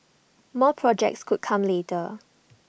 more projects could come later